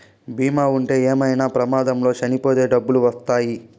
బీమా ఉంటే ఏమైనా ప్రమాదంలో చనిపోతే డబ్బులు వత్తాయి